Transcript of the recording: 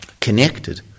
connected